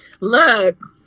look